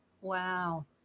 wow